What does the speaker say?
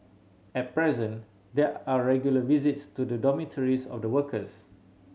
at present there are regular visits to the dormitories of the workers